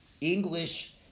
English